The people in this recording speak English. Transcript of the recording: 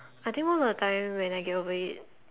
I think most of the time when I get over it